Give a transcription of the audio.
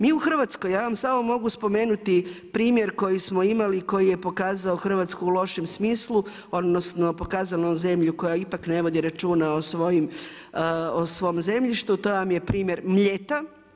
Mi u Hrvatskoj, ja vam samo mogu spomenuti primjer koji smo imali, koji je pokazao Hrvatsku u lošem smislu, odnosno pokazao zemlju koja ipak ne vodi računa o svom zemljištu, to vam je primjer Mljeta.